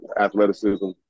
athleticism